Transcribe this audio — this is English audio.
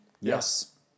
yes